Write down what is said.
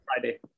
Friday